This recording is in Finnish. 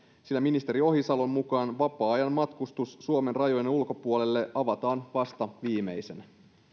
sillä ministeri ohisalon mukaan vapaa ajan matkustus suomen rajojen ulkopuolelle avataan vasta viimeisenä